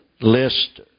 list